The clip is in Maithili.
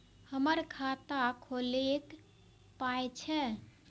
हमर खाता खौलैक पाय छै